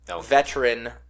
veteran